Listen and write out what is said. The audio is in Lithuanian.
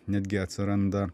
netgi atsiranda